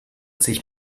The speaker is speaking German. sich